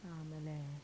ಆಮೇಲೆ